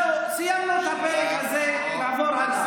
זהו, סיימנו את הפרק הזה ונעבור הלאה.